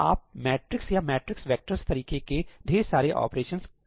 आप मैट्रिक्स या matrix vectors तरीके के ढेर सारे ऑपरेशंस कर रहे हैं